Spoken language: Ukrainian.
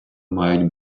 мають